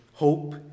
Hope